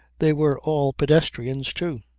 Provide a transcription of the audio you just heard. they were all pedestrians too.